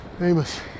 Amos